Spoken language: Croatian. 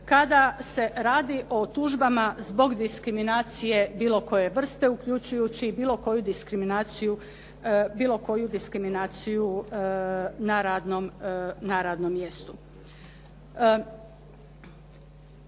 kada se radi o tužbama zbog diskriminacije bilo koje vrste, uključujući bilo koju diskriminaciju na radnom mjestu.